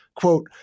Quote